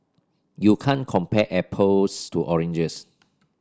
you can't compare apples to oranges